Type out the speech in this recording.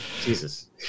Jesus